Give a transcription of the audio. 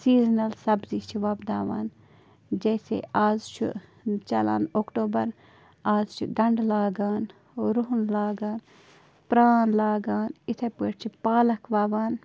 seasonal سبزی چھِ وۄپداوان جیسے آز چھُ چلان اکٹوٗبَر آز چھِ گَنٛڈٕ لاگان روٚہَن لاگان پرٛان لاگان یِتھَے پٲٹھۍ چھِ پالَک وَوان